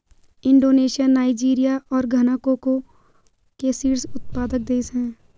Indonesia Nigeria और Ghana cocoa के शीर्ष उत्पादक देश हैं